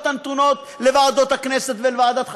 הנתונות לוועדות הכנסת ולוועדת חקירה.